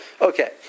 Okay